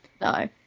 No